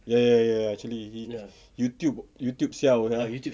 ya ya ya ya actually he youtube youtube siao sia